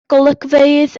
golygfeydd